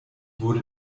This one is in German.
wurde